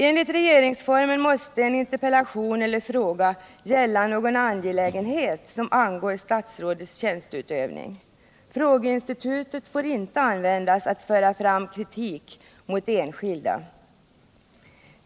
Enligt regeringsformen måste en interpellation eller fråga gälla någon angelägenhet som angår statsrådets tjänsteutövning. Frågeinstitutet får inte användas att framföra kritik mot enskilda.